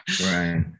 Right